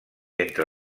entre